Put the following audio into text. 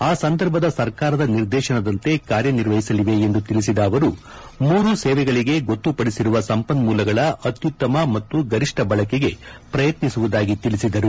ಆ ಸಂದರ್ಭದ ಸರ್ಕಾರದ ನಿರ್ದೇಶನದಂತೆ ಕಾರ್ಯ ನಿರ್ವಹಿಸಲಿವೆ ಎಂದು ತಿಳಿಸಿದ ಅವರು ಮೂರು ಸೇವೆಗಳಿಗೆ ಗೊತ್ತುಪದಿಸಿರುವ ಸಂಪನ್ಮೂಲಗಳ ಅತ್ಯುತ್ತಮ ಮತ್ತು ಗರಿಷ್ಠ ಬಳಕೆಗೆ ಪ್ರಯತ್ನಿಸುವುದಾಗಿ ತಿಳಿಸಿದರು